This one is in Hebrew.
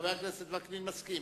חבר הכנסת וקנין, מסכים.